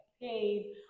paid